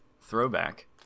Throwback